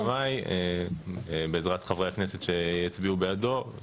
הכסף עובר במאי בעזרת חברי הכנסת שיצביעו בעדו.